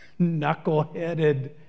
knuckleheaded